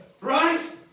Right